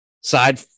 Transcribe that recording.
side